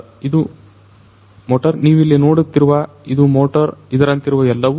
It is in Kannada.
ಇದು ಮೋಟರ್ನೀವಿಲ್ಲಿ ನೋಡುತ್ತಿರುವ ಇದು ಮೋಟರ್ ಇದರಂತಿರುವ ಎಲ್ಲವೂ